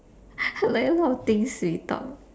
like a lot things we talk